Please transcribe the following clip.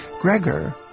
Gregor